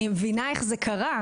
אני מבינה איך זה קרה,